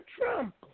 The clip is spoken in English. Trump